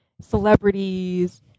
celebrities